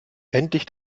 endlich